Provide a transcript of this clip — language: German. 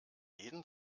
jeden